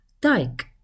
dike